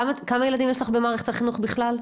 כמה ילדים יש לך במערכת החינוך בכלל?